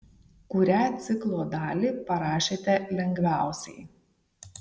kurią ciklo dalį parašėte lengviausiai